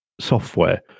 software